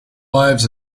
lives